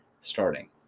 starting